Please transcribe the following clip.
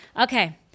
Okay